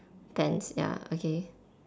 tents ya okay